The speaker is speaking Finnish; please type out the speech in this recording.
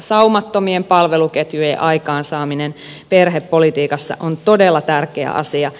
saumattomien palveluketjujen aikaansaaminen perhepolitiikassa on todella tärkeä asia